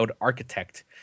architect